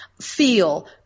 feel